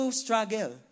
struggle